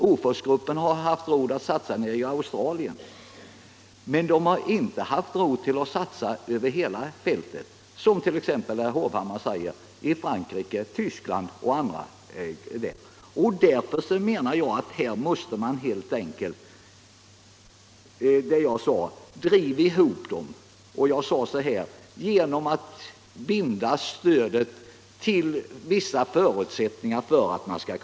Åforsgruppen har haft råd att satsa i Australien, men den har inte förmått göra det över hela fältet, t.ex., som herr Hovhammar säger, i Frankrike, i Tyskland och i andra länder. Därför menar jag att man helt enkelt måste driva ihop företagen. Jag sade i mitt första anförande bl.a. att genom att olika stödformer binds till vissa förutsättningar kan man lyckas.